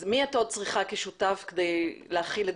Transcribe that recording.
אז מי עוד את צריכה כשותף כדי להחיל את